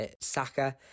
Saka